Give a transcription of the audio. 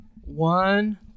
One